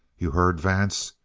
you heard, vance?